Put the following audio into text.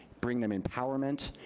bring them empowerment,